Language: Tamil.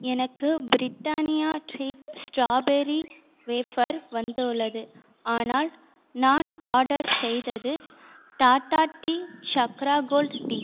எனக்கு பிரிட்டானியா ட்ரீட் ஸ்ட்ராபெர்ரி வேஃபர் வந்துள்ளது ஆனால் நான் ஆர்டர் செய்தது Tata tea Chakra gold tea